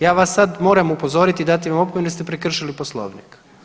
Ja vas sad moram upozoriti i dati vam opomenu jer ste prekršili Poslovnik.